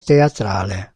teatrale